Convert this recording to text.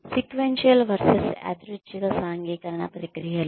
sequential versus యాదృచ్ఛిక సాంఘికీకరణ ప్రక్రియలు